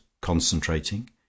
concentrating